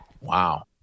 Wow